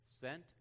sent